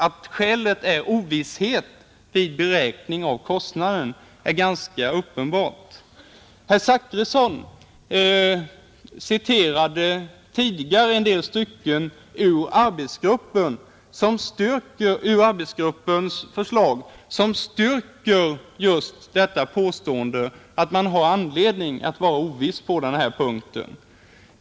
Att skälet är ovissheten vid beräkning av kostnaden är ganska uppenbart. Herr Zachrisson citerade tidigare en del stycken ur arbetsgruppens förslag, som styrker just påståendet att man har anledning att vara oviss på denna punkt.